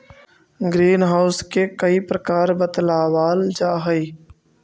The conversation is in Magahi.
ग्रीन हाउस के कई प्रकार बतलावाल जा हई